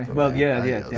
well yeah, yeah,